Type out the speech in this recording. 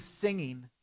singing